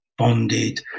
Bonded